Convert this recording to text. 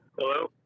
Hello